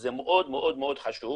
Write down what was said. וזה מאוד מאוד חשוב